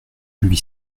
lui